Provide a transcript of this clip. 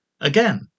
again